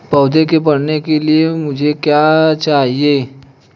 पौधे के बढ़ने के लिए मुझे क्या चाहिए?